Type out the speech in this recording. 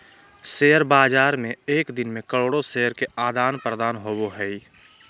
share बाज़ार में एक दिन मे करोड़ो शेयर के आदान प्रदान होबो हइ